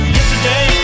Yesterday